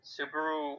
Subaru